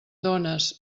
dones